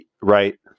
Right